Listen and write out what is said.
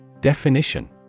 Definition